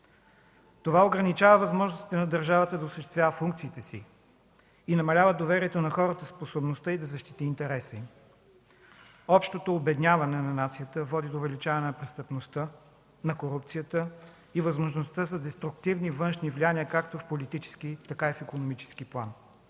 Това ограничава възможностите на държавата да осъществява функциите си и намалява доверието на хората в способността й да защити интереса им. Общото обедняване на нацията води до увеличаване на престъпността, на корупцията и възможността за деструктивни външни влияния както в политически, така и в икономически план.